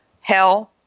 hell